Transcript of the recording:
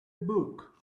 book